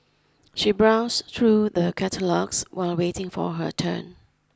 she browsed through the catalogues while waiting for her turn